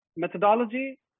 methodology